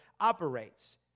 operates